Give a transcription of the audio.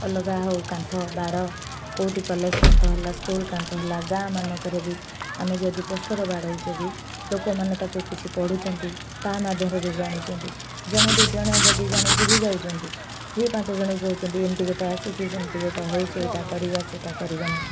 ଅଲଗା ହେଉ କାନ୍ଥ ବାଡ଼ କେଉଁଠି କଲେଜ୍ କାନ୍ଥ ହେଲା ସ୍କୁଲ୍ କାନ୍ଥ ହେଲା ଗାଁମାନଙ୍କରେ ବି ଆମେ ଯଦି ପୋଷ୍ଟର୍ ବାଡ଼ଉଛେ ବି ଲୋକମାନେ ତାକୁ କିଛି ପଢ଼ୁଛନ୍ତି ତାହା ମାଧ୍ୟମରେ ବି ଜାଣୁଛନ୍ତି ଜଣେ ଦୁଇ ଜଣେ ଯଦି ଜାଣି ବୁଝି ଯାଉଛନ୍ତି ସେ ପାଞ୍ଚଜଣକୁ କହୁଛନ୍ତି ଏମିତି ଗୋଟେ ଆସିଛି ସେମିତି ଗୋଟିଏ ହେଉଛି ଏଇଟା କରିବା ସେଇଟା କରିବାନି